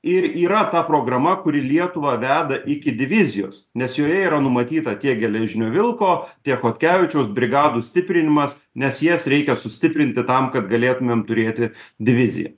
ir yra ta programa kuri lietuvą veda iki divizijos nes joje yra numatyta tiek geležinio vilko tiek chodkevičiaus brigadų stiprinimas nes jas reikia sustiprinti tam kad galėtumėm turėti diviziją